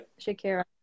Shakira